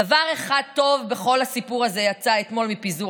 דבר אחד טוב בכל הסיפור הזה יצא אתמול מפיזור